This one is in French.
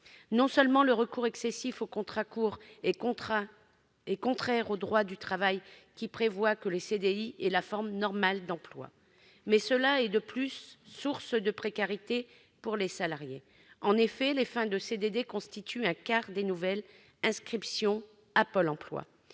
Non seulement le recours excessif aux contrats courts est contraire au droit du travail, qui prévoit que le CDI est la forme normale de la relation de travail, mais il est de plus source de précarité pour les salariés. Les fins de CDD représentent en effet un quart des nouvelles inscriptions à Pôle emploi.